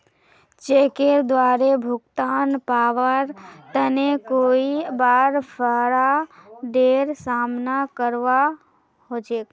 चेकेर द्वारे भुगतान पाबार तने कई बार फ्राडेर सामना करवा ह छेक